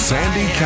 Sandy